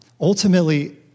ultimately